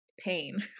pain